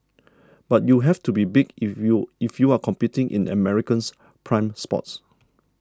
but you have to be big if you if you are competing in America's prime spots